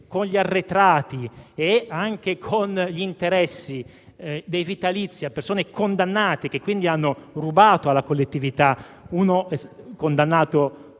con gli arretrati e anche con gli interessi, dei vitalizi a persone condannate, che quindi hanno rubato alla collettività (uno è condannato